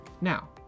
Now